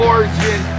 Origin